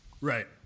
right